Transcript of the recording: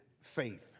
faith